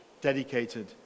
dedicated